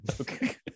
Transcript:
Okay